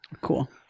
Cool